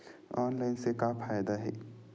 Online से का फ़ायदा हे?